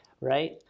right